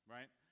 Right